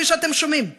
כפי שאתם שומעים.